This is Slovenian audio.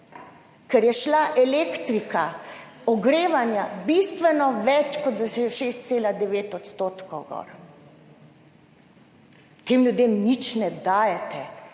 ker je šla elektrika, ogrevanje bistveno več kot za 6,9 % gor. Tem ljudem nič ne dajete.